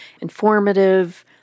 informative